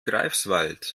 greifswald